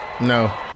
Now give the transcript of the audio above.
No